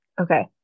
Okay